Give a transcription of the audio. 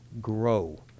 grow